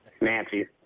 Nancy